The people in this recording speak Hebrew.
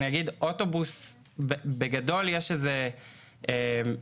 בגדול לגבי אוטובוסים,